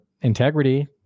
integrity